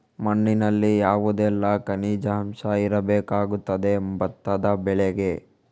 ಮಣ್ಣಿನಲ್ಲಿ ಯಾವುದೆಲ್ಲ ಖನಿಜ ಅಂಶ ಇರಬೇಕಾಗುತ್ತದೆ ಭತ್ತದ ಬೆಳೆಗೆ?